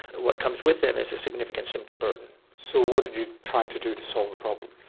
what comes with them is a significant symptom burden. so what did you try to do to solve the problem?